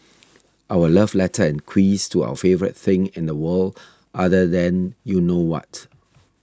our love letter and quiz to our favourite thing in the world other than you know what